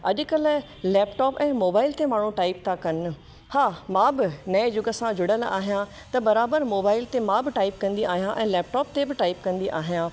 अॼुकल्ह लैपटॉप ऐं मोबाइल ते माण्हू टाइप था कनि हा मां बि नए युग जा जुड़ियल आहियां त बराबरि मोबाइल ते मां बि टाइप कंदी आहियां ऐं लैपटॉप ते बि टाइप कंदी आहियां